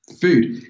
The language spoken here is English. food